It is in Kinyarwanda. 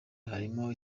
harimo